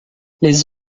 les